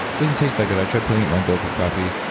doesn't taste that good, i tried putting in my bulletproof coffee.